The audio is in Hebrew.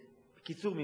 בקיצור,